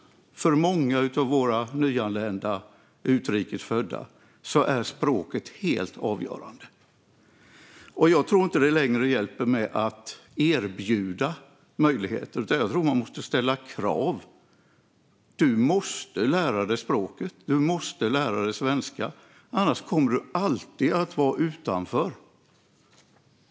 För många av våra nyanlända utrikes födda är språket helt avgörande. Det hjälper inte längre med att erbjuda möjligheter, utan jag tror att man måste ställa krav: Du måste lära dig språket. Du måste lära dig svenska. Annars kommer du alltid att vara utanför.